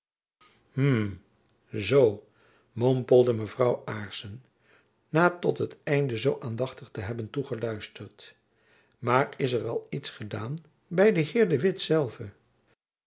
zoo mompelde mevrouw aarssen na tot jacob van lennep elizabeth musch het einde zoo aandachtig te hebben toegeluisterd maar is er al iets gedaan by den heer de witt zelven